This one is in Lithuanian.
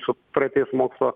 su praeitais mokslo